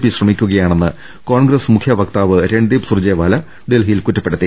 P ശ്രമിക്കുകയാ ണെന്ന് കോൺഗ്രസ് മുഖ്യ വക്താവ് രൺദീപ് സുർജേവാല ഡൽഹിയിൽ കുറ്റപ്പെടുത്തി